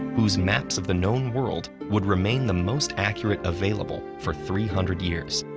whose maps of the known world would remain the most accurate available for three hundred years.